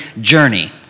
journey